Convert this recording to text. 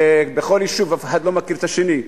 ובכל יישוב אף אחד לא מכיר את השני.